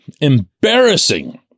embarrassing